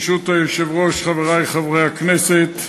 ברשות היושב-ראש, חברי חברי הכנסת,